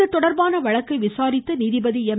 இதுதொடர்பான வழக்கை விசாரித்த நீதிபதி எம்